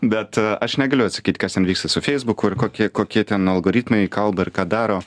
bet aš negaliu atsakyt kas ten vyksta su feisbuku ir kokie kokie ten algoritmai kalba ir ką daro